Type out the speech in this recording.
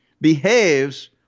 behaves